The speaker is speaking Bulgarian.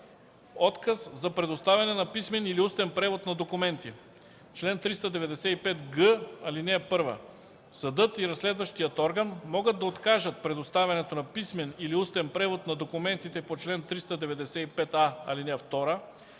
Отказ за предоставяне на писмен или устен превод на документи Чл. 395г. (1) Съдът и разследващият орган могат да откажат предоставянето на писмен или устен превод на документите по чл. 395а, ал. 2,